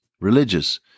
Religious